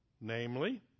Namely